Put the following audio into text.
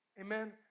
Amen